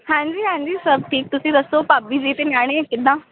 ਹਾਂਜੀ ਹਾਂਜੀ ਸਭ ਠੀਕ ਤੁਸੀਂ ਦੱਸੋ ਭਾਬੀ ਜੀ ਅਤੇ ਨਿਆਣੇ ਕਿੱਦਾਂ